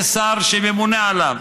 יש שר שממונה עליו,